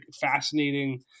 fascinating